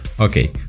Okay